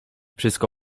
wszystko